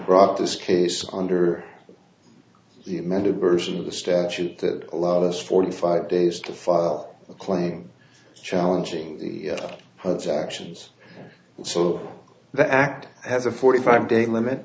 brought this case under the amended version of the statute that allowed us forty five days to file a claim challenging the us actions so the act has a forty five day limit